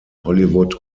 hollywood